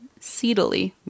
Seedily